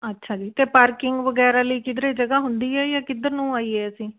ਅੱਛਾ ਜੀ ਅਤੇ ਪਾਰਕਿੰਗ ਵਗੈਰਾ ਲਈ ਕਿਧਰੇ ਜਗ੍ਹਾ ਹੁੰਦੀ ਹੈ ਜਾਂ ਕਿੱਧਰ ਨੂੰ ਆਈਏ ਅਸੀਂ